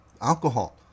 alcohol